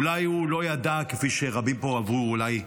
אולי הוא לא ידע, כפי שרבים פה אהבו ללגלג,